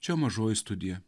čia mažoji studija